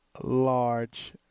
large